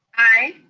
aye.